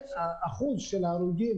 לקחנו חלק מהדברים ממדינות אחרות